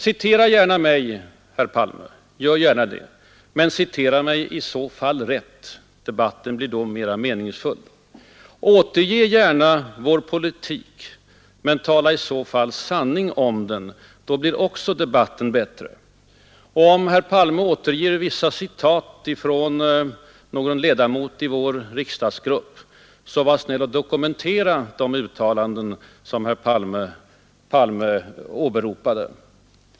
Citera gärna mig, herr Palme, men citera mig i så fall rätt! Debatten blir då mera meningsfull. Återge gärna vår politik, men tala i så fall sanning om den. Också då blir debatten bättre. Och om Ni återger citat av någon ledamot av vår riksdagsgrupp, så var snäll och dokumentera uttalandena!